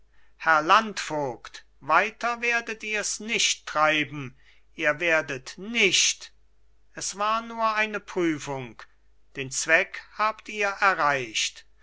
herr landvogt weiter werdet ihr's nicht treiben ihr werdet nicht es war nur eine prüfung den zweck habt ihr erreicht